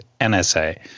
NSA